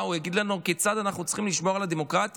הוא יגיד לנו כיצד אנחנו צריכים לשמור על הדמוקרטיה?